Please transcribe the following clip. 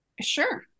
Sure